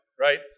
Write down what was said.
right